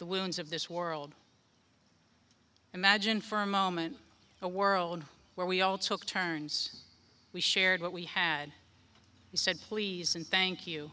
the wounds of this world imagine for a moment a world where we all took turns we shared what we had said please and thank you